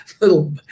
little